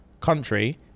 country